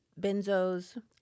benzos